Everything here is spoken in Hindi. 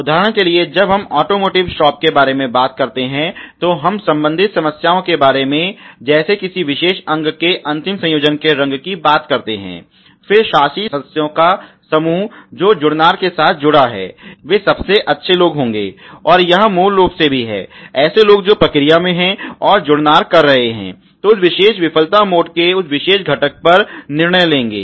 उदाहरण के लिए जब हम ऑटोमोटिव शॉप के बारे में बात करते हैं और हम संबंधित समस्याओं के बारे में जैसे किसी विशेष अंग के अंतिम संयोजन के रंग की बात करते हैं फिर शासी सदस्यों का समूह जो जुड़नार के साथ जुड़ा है वे सबसे अच्छे लोग होंगे और यह मूल रूप से भी है ऐसे लोग जो प्रक्रिया में हैं और जो जुड़नार कर रहे हैं जो उस विशेष विफलता मोड के उस विशेष घटक पर निर्णय लेंगे